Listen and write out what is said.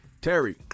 Terry